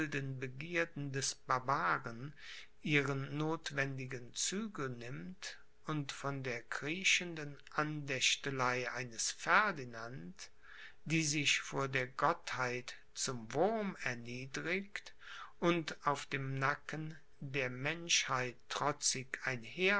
begierden des barbaren ihren notwendigen zügel nimmt und von der kriechenden andächtelei eines ferdinand die sich vor der gottheit zum wurm erniedrigt und auf dem nacken der menschheit